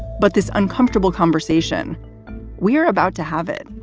but this uncomfortable conversation we're about to have it,